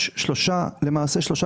שיש שלושה קריטריונים: